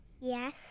Yes